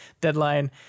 deadline